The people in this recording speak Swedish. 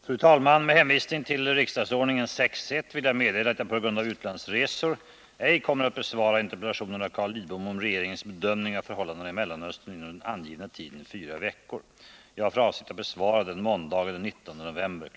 Fru talman! Med hänvisning till riksdagsordningens 6 kap. 1§ vill jag meddela att jag på grund av utlandsresor ej kommer att besvara interpellationen av Carl Lidbom om regeringens bedömning av förhållandena i Mellanöstern inom den angivna tiden fyra veckor. Jag har för avsikt att besvara den måndagen den 19 november kl.